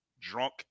drunk